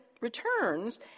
returns